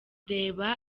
reba